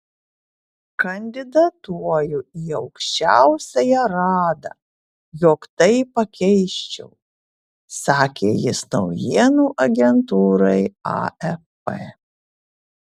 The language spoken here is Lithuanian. kandidatuoju į aukščiausiąją radą jog tai pakeisčiau sakė jis naujienų agentūrai afp